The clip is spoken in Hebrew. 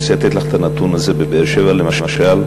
אני רוצה לתת לך את הנתון הזה: בבאר-שבע, למשל,